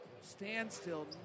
standstill